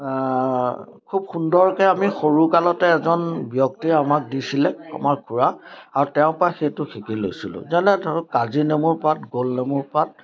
খুব সুন্দৰকৈ আমি সৰুকালতে এজন ব্যক্তিয়ে আমাক দিছিলে আমাৰ খুৰা আৰু তেওঁৰ পৰা সেইটো শিকি লৈছিলোঁ যেনে ধৰক কাজি নেমুৰ পাত গোল নেমুৰ পাত